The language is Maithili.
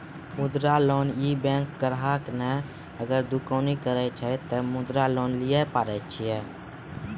मुद्रा लोन ये बैंक ग्राहक ने अगर दुकानी करे छै ते मुद्रा लोन लिए पारे छेयै?